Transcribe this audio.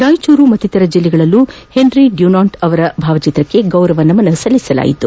ರಾಯಚೂರು ಮತ್ತಿತರ ಜಿಲ್ಲೆಗಳಲ್ಲೂ Henry Dunant ಅವರಿಗೆ ಗೌರವ ನಮನ ಸಲ್ಲಿಸಲಾಯಿತು